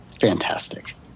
Fantastic